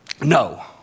no